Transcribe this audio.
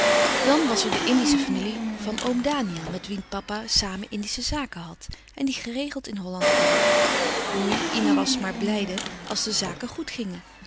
dan was er de indische familie van oom daniël met wien papa samen indische zaken had en die geregeld in holland kwam nu ina was maar blijde als de zaken goed gingen